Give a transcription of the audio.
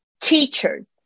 teachers